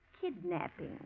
Kidnapping